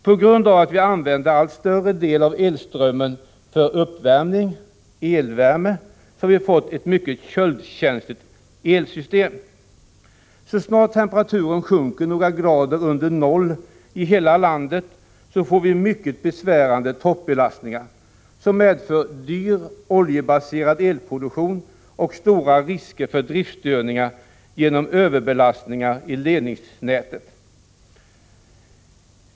På grund av att vi använder allt större del av elströmmen för uppvärmning/ elvärme har vi fått ett mycket köldkänsligt elsystem. Så snart temperaturen sjunker några grader under noll i hela landet får vi mycket besvärande toppbelastningar som medför dyr oljebaserad elproduktion och stora risker för driftstörningar genom överbelastningar i ledningsnätet.